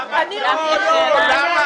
לא הסברת לנו.